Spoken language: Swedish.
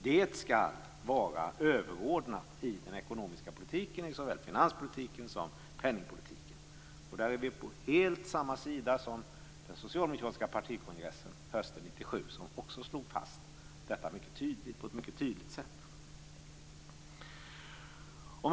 Det skall vara överordnat i den ekonomiska politiken - i såväl finanspolitiken som penningpolitiken. Där är vi helt på samma sida som den socialdemokratiska partikongressen som tydligt slog fast detta hösten 1997.